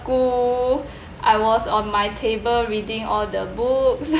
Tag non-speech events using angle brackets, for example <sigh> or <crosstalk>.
school <breath> I was on my table reading all the books